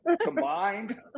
combined